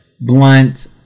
blunt